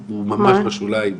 הוא ממש בשוליים,